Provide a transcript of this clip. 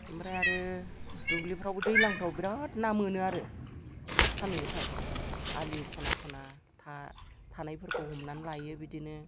ओमफ्राय आरो दुब्लिफ्रावबो दैज्लांफ्राव बिराद ना मोनो आरो सानदुं गोसाफ्राव आलि खना खना थानायफोरखौ हमनानै लायो बिदिनो